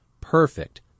perfect